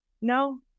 no